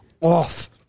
off